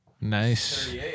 Nice